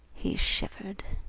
he shivered.